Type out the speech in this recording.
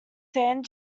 sand